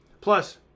Plus